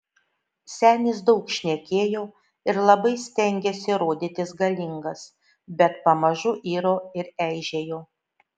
senis daug šnekėjo ir labai stengėsi rodytis galingas bet pamažu iro ir eižėjo